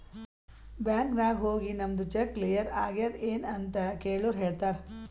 bank ನಾಗ್ ಹೋಗಿ ನಮ್ದು ಚೆಕ್ ಕ್ಲಿಯರ್ ಆಗ್ಯಾದ್ ಎನ್ ಅಂತ್ ಕೆಳುರ್ ಹೇಳ್ತಾರ್